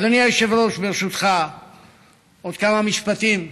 אדוני היושב-ראש, ברשותך עוד כמה משפטים.